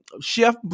chef